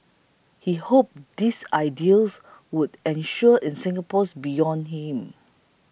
he hoped these ideals would endure in Singapore's beyond him